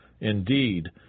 Indeed